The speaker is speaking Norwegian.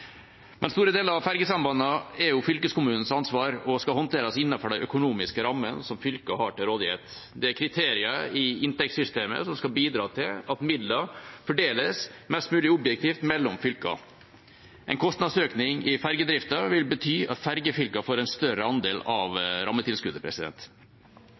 Store deler av fergesambandet er fylkeskommunenes ansvar og håndteres innenfor de økonomiske rammene som fylket har til rådighet. Det er kriterier i inntektssystemet som skal bidra til at midler fordeles mest mulig objektivt mellom fylkene. En kostnadsøkning i fergedriften vil bety at fergefylkene får en større andel av